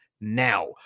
now